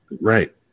Right